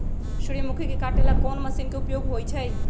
सूर्यमुखी के काटे ला कोंन मशीन के उपयोग होई छइ?